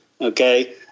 Okay